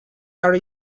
are